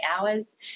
hours